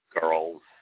girls